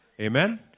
Amen